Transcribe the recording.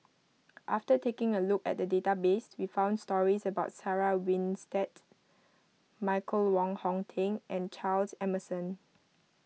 after taking a look at the database we found stories about Sarah Winstedt Michael Wong Hong Teng and Charles Emmerson